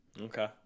Okay